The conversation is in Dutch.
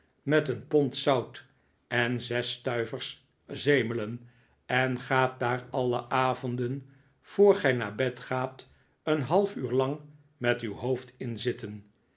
met een pond zout en zes stuivers zemelen en gaat daar alle avonden voor gij naar bed gaat een half uur lang met uw hoofd in zitten